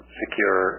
secure